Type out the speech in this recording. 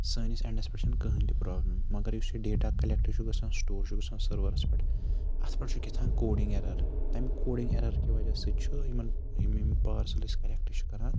سٲنِس اٮ۪نڈَس پٮ۪ٹھ چھَنہٕ کٕہٕنۍ تہِ پرٛابلِم مگر یُس یہِ ڈیٹا کَلیکٹ چھُ گژھان سٹور چھُ گژھان سٔروَرَس پٮ۪ٹھ اَتھ پٮ۪ٹھ چھُ کیٛاہ تام کوڈِنٛگ اٮ۪رَر تَمہِ کوڈِنٛگ اٮ۪رَر کہِ وجہ سۭتۍ چھُ یِمَن یِم یِم پارسَل أسۍ کَلٮ۪کٹ چھِ کَران